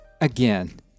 again